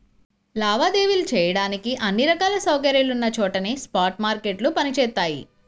లావాదేవీలు చెయ్యడానికి అన్ని రకాల సౌకర్యాలున్న చోటనే స్పాట్ మార్కెట్లు పనిచేత్తయ్యి